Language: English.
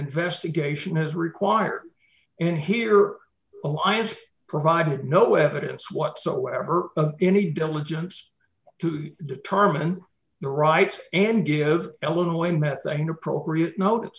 investigation is required and here alliance provided no evidence whatsoever of any diligence to determine the rights and give ellen when that thing appropriate notice